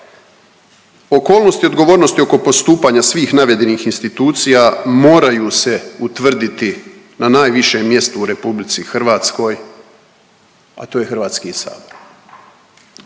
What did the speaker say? Okolnosti i odgovornosti oko postupanja svih navedenih institucija, moraju se utvrditi na najvišem mjestu u RH, a to je Hrvatski sabor.